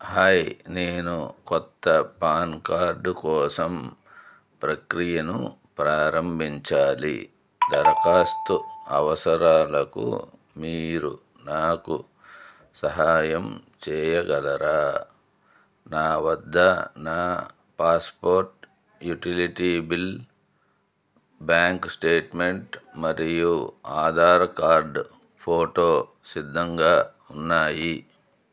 hi నేను కొత్త PAN card కోసం ప్రక్రియను ప్రారంభించాలి దరఖాస్తు అవసరాలకు మీరు నాకు సహాయం చేయగలరా నా వద్ద నా passport utility bill bank statement మరియు ఆధార్ కార్డ్ ఫోటో సిద్ధంగా ఉన్నాయి